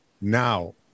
now